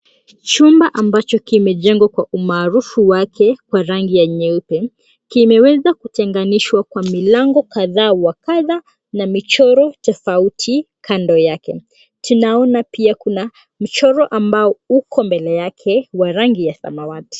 Chumba ambacho kimejengwa kwa umaarufu wake kwa rangi ya nyeupe kimeweza kutenganishwa kwa milango kadha wa kadha na michoro tofauti kando yake. Tunaona pia kuna mchoro ambao uko mbele yake wa rangi ya samawati.